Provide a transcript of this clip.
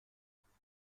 فهمیده